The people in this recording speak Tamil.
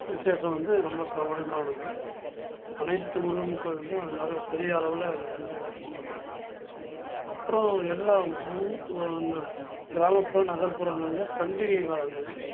விசேஷம் வந்து ரொம்ப பிரபலயிமானது அனைத்து முருகன் கோவில்லையும் அதனால பெரிய அளவில் அத வந்து இது பண்ணுவாங்க அப்புறம் எல்லாம் ஊ வெ என்ன கிராமப்புறம் நகர்புறங்களில் பண்டிகை காலங்களில்